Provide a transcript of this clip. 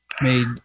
made